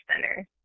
Center